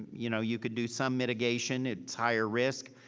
you know, you could do some mitigation, it's higher risk,